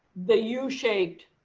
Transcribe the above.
the yeah u-shaped